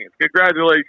Congratulations